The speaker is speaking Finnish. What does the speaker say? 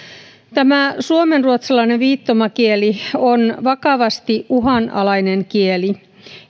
tämä suomenruotsalainen viittomakieli on vakavasti uhanalainen kieli